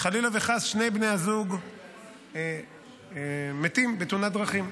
חלילה וחס שני בני הזוג מתים בתאונת דרכים.